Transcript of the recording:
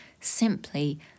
simply